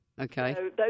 okay